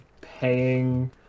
paying